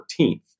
14th